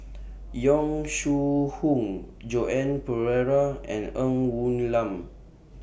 Yong Shu Hoong Joan Pereira and Ng Woon Lam